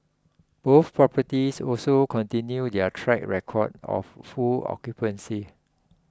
both properties also continued their track record of full occupancy